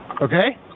Okay